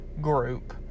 group